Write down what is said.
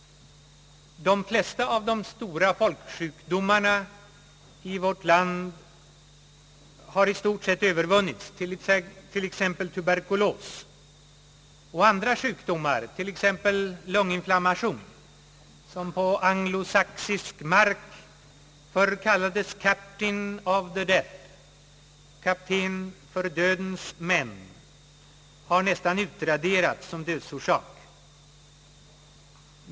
De flesta av de stora folksjukdomarna i vårt land har i stort sett övervunnits, t.ex. tuberkulos. Andra sjukdomar, t.ex. lunginflammation, som på anglosaxisk mark förr kallades captain of the death — kapten för dödens män — har nästan utraderats som sjukdomsorsak.